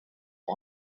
for